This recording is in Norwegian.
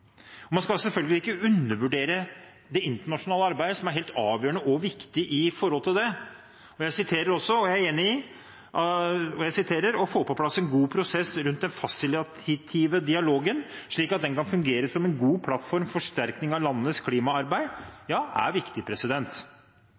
på. Man skal selvfølgelig ikke undervurdere det internasjonale arbeidet, som er helt avgjørende og viktig i forhold til det, og jeg er enig i at «å få på plass en god prosess rundt den fasilitative dialogen, slik at den kan fungere som en god plattform for forsterkning av landenes klimaarbeid»,